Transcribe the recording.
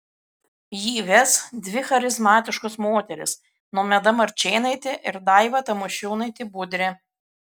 jį ves dvi charizmatiškos moterys nomeda marčėnaitė ir daiva tamošiūnaitė budrė